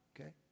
okay